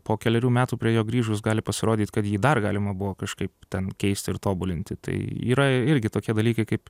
po kelerių metų prie jo grįžus gali pasirodyt kad jį dar galima buvo kažkaip ten keist ir tobulinti tai yra irgi tokie dalykai kaip